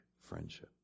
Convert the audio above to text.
friendship